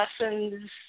Lessons